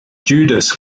judas